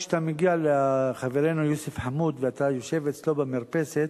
כשאתה מגיע לחברינו יוסף חמוד ואתה יושב אצלו במרפסת,